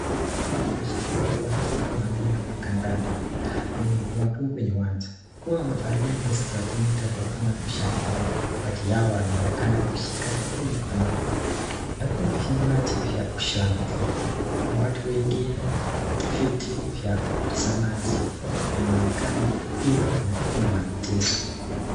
Hawa ni mashabiki wa timu wa mpira wa kandanda wakiwa kwenye uwanja wakiwa wamevalia jezi za timu tofauti na kushangilia. Baadhi yao wanaonekana kushika vitu mikononi labda ni vinywaji vya kushangilia. Kuna watu wengine viti vya watazamaji na inaonekana hii kuna tukio la mchezo.